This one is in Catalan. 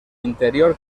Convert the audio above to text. interior